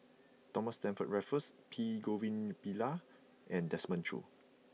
Thomas Stamford Raffles P Govindasamy Pillai and Desmond Choo